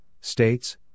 states